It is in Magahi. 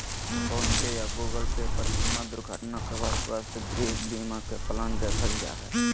फोन पे या गूगल पे पर बीमा दुर्घटना कवर, स्वास्थ्य, गृह बीमा के प्लान देखल जा हय